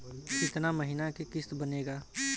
कितना महीना के किस्त बनेगा?